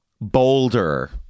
Boulder